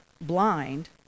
blind